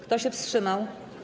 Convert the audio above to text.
Kto się wstrzymał?